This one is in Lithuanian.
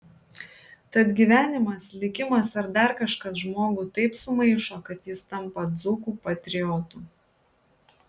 tad gyvenimas likimas ar dar kažkas žmogų taip sumaišo kad jis tampa dzūkų patriotu